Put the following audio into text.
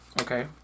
Okay